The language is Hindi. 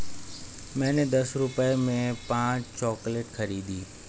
मैंने दस रुपए में पांच चॉकलेट खरीदी